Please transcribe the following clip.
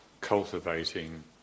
cultivating